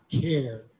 care